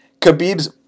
Khabib's